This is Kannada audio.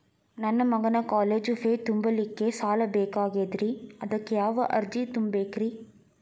ನನ್ನ ಮಗನ ಕಾಲೇಜು ಫೇ ತುಂಬಲಿಕ್ಕೆ ಸಾಲ ಬೇಕಾಗೆದ್ರಿ ಅದಕ್ಯಾವ ಅರ್ಜಿ ತುಂಬೇಕ್ರಿ?